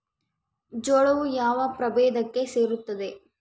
ಜೋಳವು ಯಾವ ಪ್ರಭೇದಕ್ಕೆ ಸೇರುತ್ತದೆ?